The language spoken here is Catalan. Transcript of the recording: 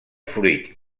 fruit